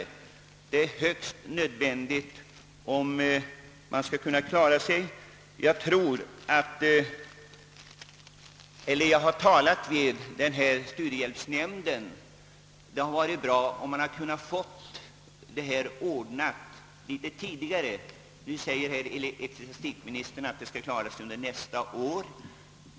Det är högst nödvändigt, om de skall kunna klara sig. Jag har talat med studiehjälpsnämnden. Det hade varit bra om man hade kunnat få detta ordnat litet tidigare. Ecklesiastikministern säger nu att det skall klaras nästa år.